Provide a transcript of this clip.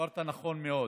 דיברת נכון מאוד,